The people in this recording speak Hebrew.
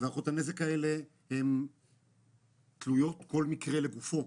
בהערכות הנזק הזה כל מקרה לגופו.